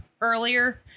earlier